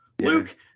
Luke